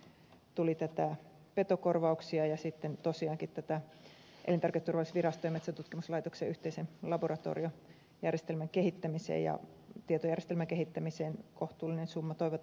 eli sinne tuli petokorvauksia ja sitten tosiaankin elintarviketurvallisuusviraston ja metsäntutkimuslaitoksen yhteisen laboratoriojärjestelmän kehittämiseen ja tietojärjestelmän kehittämiseen kohtuullinen summa